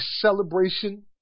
celebration